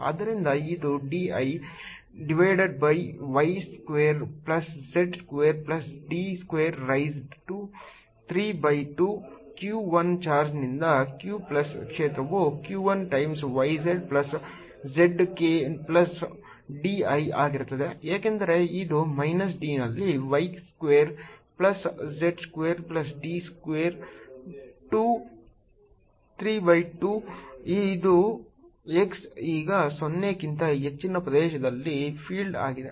ಆದ್ದರಿಂದ ಇದು D i divided by y square plus z square plus d square raise to 3 by 2 q 1 ಚಾರ್ಜ್ನಿಂದ q plus ಕ್ಷೇತ್ರವು q 1 times y j plus z k plus d i ಆಗಿರುತ್ತದೆ ಏಕೆಂದರೆ ಇದು minus d ನಲ್ಲಿ y square plus z square plus D square to 3 by 2 ಅದು x ಈಗ 0 ಕ್ಕಿಂತ ಹೆಚ್ಚಿನ ಪ್ರದೇಶದಲ್ಲಿನ ಫೀಲ್ಡ್ ಆಗಿದೆ